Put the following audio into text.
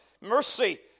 mercy